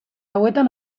hauetan